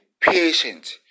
patient